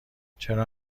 چرا